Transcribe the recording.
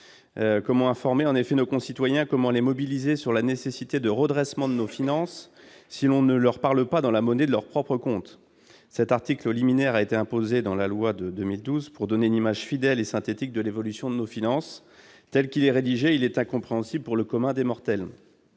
Comment informer nos concitoyens, comment les mobiliser sur la nécessité de redresser nos finances si on ne leur parle pas dans la monnaie de leurs propres comptes ? L'article liminaire a été imposé par la loi de 2012 pour donner une image fidèle et synthétique de l'évolution de nos finances. Tel que rédigé, il est incompréhensible pour le commun des mortels.